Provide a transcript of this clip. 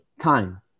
time